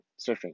surfing